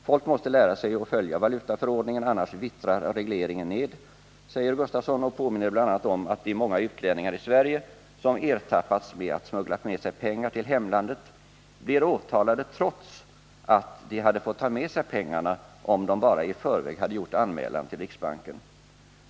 — Folk måste lära sig att följa valutaförordningen annars vittrar regleringen ned, säger Gustafsson och påminner bl.a. om att de många utlänningar i Sverige som ertappats med att smuggla med sig pengar till hemlandet blir åtalade trots att de hade fått ta med sig pengarna om de bara i förväg hade gjort anmälan till riksbanken.